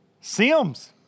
Sims